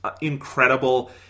incredible